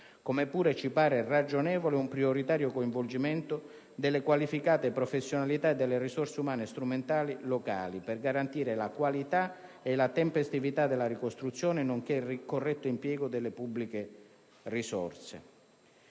come pure ci pare ragionevole un prioritario coinvolgimento delle qualificate professionalità e delle risorse umane e strumentali locali, per garantire la qualità e la tempestività della ricostruzione, nonché il corretto impiego delle pubbliche risorse.